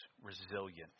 resilient